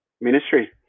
ministry